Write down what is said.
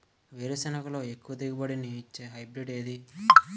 వేరుసెనగ లో ఎక్కువ దిగుబడి నీ ఇచ్చే హైబ్రిడ్ ఏది?